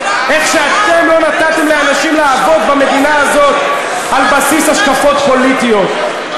איך שאתם לא נתתם לאנשים לעבוד במדינה הזאת על בסיס השקפות פוליטיות,